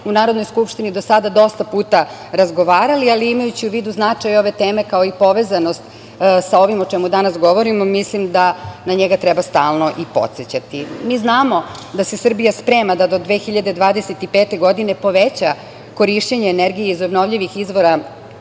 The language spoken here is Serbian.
u Narodnoj skupštini do sada dosta puta razgovarali, ali imajući u vidu značaj ove teme, kao i povezanost sa ovim o čemu danas govorimo, mislim da na njega treba stalno i podsećati. Mi znamo da se Srbija sprema da do 2025. godine poveća korišćenje energije iz obnovljivih izvora